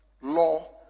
law